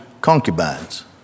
concubines